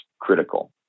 critical